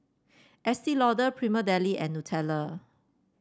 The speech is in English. Estee Lauder Prima Deli and Nutella